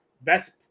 best